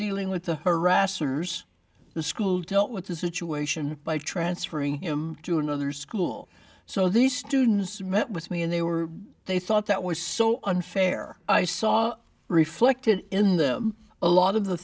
dealing with the harassers the school dealt with the situation by transferring him to another school so these students met with me and they were they thought that was so unfair i saw reflected in them a lot of the